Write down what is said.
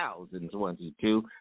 2022